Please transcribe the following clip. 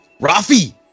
Rafi